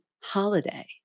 holiday